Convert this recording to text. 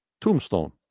tombstone